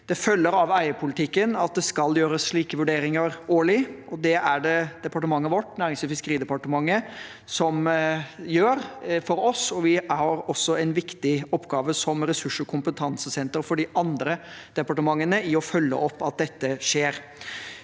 Det følger av eierpolitikken at det skal gjøres slike vurderinger årlig. Det er det departementet vårt, Nærings- og fiskeridepartementet, som gjør for oss, og vi har også en viktig oppgave som ressurs- og kompetansesenter for de andre departementene i å følge opp at dette skjer.